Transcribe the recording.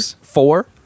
four